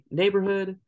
neighborhood